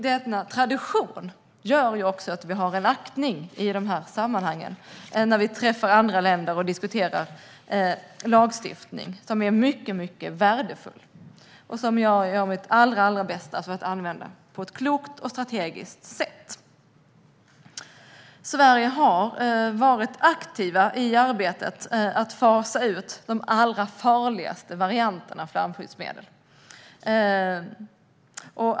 Denna tradition gör också att vi bemöts med aktning i de här sammanhangen när vi träffar andra länder och diskuterar lagstiftning, en aktning som är mycket värdefull och som jag gör mitt allra bästa för att använda på ett klokt och strategiskt sätt. Sverige har varit aktivt i arbetet med att fasa ut de allra farligaste varianterna av flamskyddsmedel.